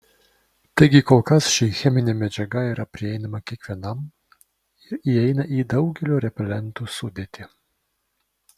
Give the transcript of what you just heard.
taigi kol kas ši cheminė medžiaga yra prieinama kiekvienam ir įeina į daugelio repelentų sudėtį